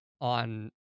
on